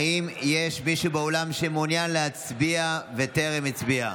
האם יש מישהו באולם שמעוניין להצביע וטרם הצביע?